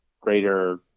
greater